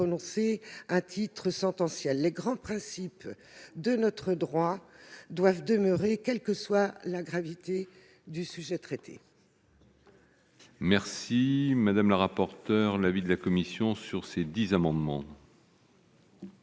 prononcées à titre pré-sentenciel. Les grands principes de notre droit doivent demeurer, quelle que soit la gravité du sujet traité.